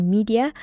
Media